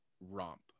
romp